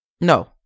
No